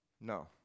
No